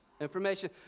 information